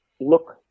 look